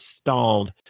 stalled